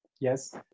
Yes